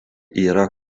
yra